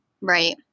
Right